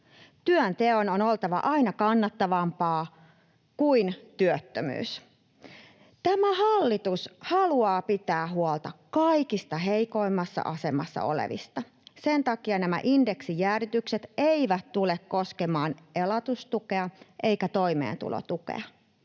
Työnteon on oltava aina kannattavampaa kuin työttömyys. Tämä hallitus haluaa pitää huolta kaikista heikoimmassa asemassa olevista. Sen takia nämä indeksijäädytykset eivät tule koskemaan elatustukea eivätkä toimeentulotukea.